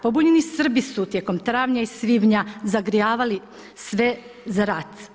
Pobunjeni Srbi su tijekom travnja i svibnja zagrijavali sve za rat.